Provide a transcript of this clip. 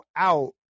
out